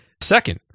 Second